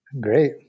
Great